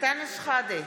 אנטאנס שחאדה,